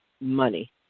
money